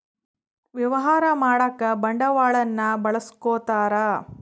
ವ್ಯವಹಾರ ಮಾಡಕ ಬಂಡವಾಳನ್ನ ಬಳಸ್ಕೊತಾರ